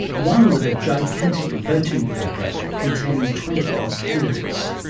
one with a gigantic voting paper containing twenty odd candidates.